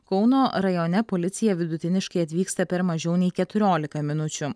kauno rajone policija vidutiniškai atvyksta per mažiau nei keturiolika minučių